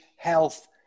health